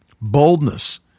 Boldness